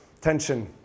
tension